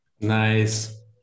nice